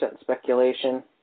speculation